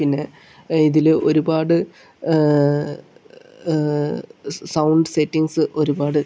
പിന്നെ ഇതിൽ ഒരുപാട് സൗണ്ട് സെറ്റിങ്ങ്സ് ഒരുപാട്